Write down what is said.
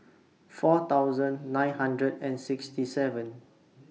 four thousand nine hundred and sixty seventh